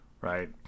right